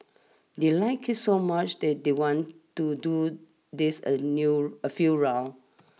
they liked it so much that they want to do this a new a few rounds